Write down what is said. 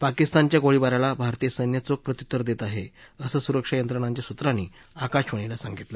पाकिस्तानच्या गोळीबाराला भारतीय सैन्य चोख प्रत्यूत्तर दत्त आह असं सुरक्षा यंत्रणांच्या सुत्रांनी आकाशवाणीला सांगितलं